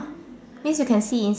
things you can see is